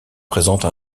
présente